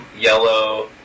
yellow